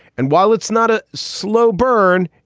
and while it's not a slow burn,